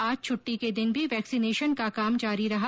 आज छूट्टी के दिन भी वैक्सीनेशन का काम जारी रहा